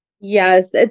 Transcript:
Yes